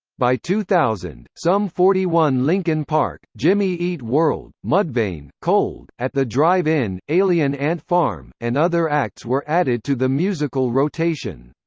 by two thousand, sum forty one, linkin park, jimmy eat world, mudvayne, cold, at the drive-in, alien ant farm, and other acts were added to the musical rotation.